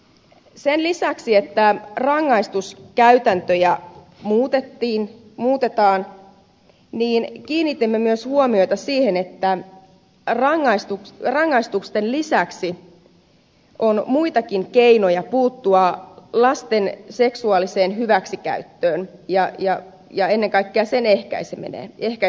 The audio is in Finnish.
sen lisäksi että rangaistus käytäntö ja muuten ei rangaistuskäytäntöjä muutetaan kiinnitimme myös huomiota siihen että rangaistusten lisäksi on muitakin keinoja puuttua lasten seksuaaliseen hyväksikäyttöön ja ennen kaikkea sen ehkäisemiseen